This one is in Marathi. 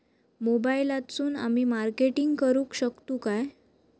मोबाईलातसून आमी मार्केटिंग करूक शकतू काय?